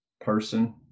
person